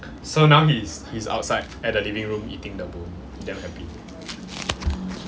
so now he's he's outside at the living room eating the bone he damn happy